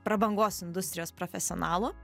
prabangos industrijos profesionalų